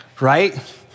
right